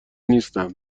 نیستم